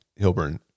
Hilburn